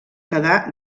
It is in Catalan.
quedar